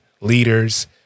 leaders